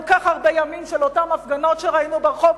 כך הרבה ימים של אותן הפגנות שראינו ברחוב,